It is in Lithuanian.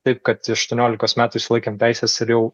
taip kad į aštuoniolikos metų išlaikėm teises ir jau